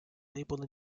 label